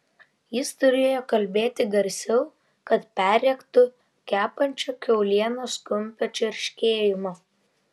jis turėjo kalbėti garsiau kad perrėktų kepančio kiaulienos kumpio čirškėjimą